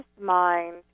mind